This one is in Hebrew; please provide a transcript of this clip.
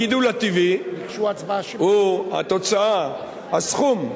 הגידול הטבעי הוא התוצאה, הסכום,